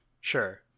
Sure